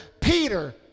Peter